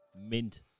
Mint